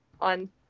on